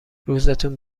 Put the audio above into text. روزتون